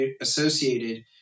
associated